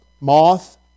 Moth